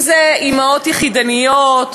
אם אימהות יחידניות,